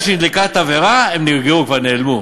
ברגע שנדלקה התבערה, הם נפגעו, כבר נעלמו.